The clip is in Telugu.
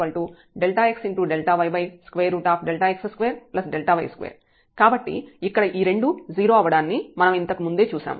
zf0x0y f00 ΔxΔyΔx2Δy2 కాబట్టి ఇక్కడ ఈ రెండూ 0 అవ్వడాన్ని మనం ఇంతకు ముందే చూశాము